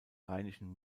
rheinischen